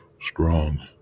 strong